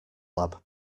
lab